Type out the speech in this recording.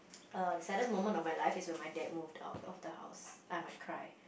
err the saddest moment of my life is when my dad moved out of the house I might cry